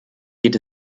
geht